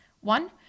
One